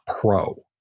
Pro